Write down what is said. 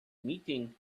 meeting